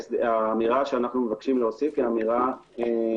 האמירה שאנו מבקשים להוסיף היא אינה נחוצה,